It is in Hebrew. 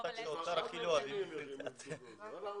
אנחנו נדון אתם.